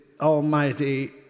almighty